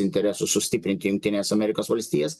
interesus sustiprinti jungtines amerikos valstijas